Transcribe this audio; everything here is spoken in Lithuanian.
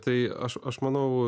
tai aš aš manau